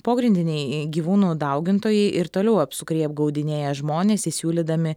pogrindiniai gyvūnų daugintojai ir toliau apsukriai apgaudinėja žmones įsiūlydami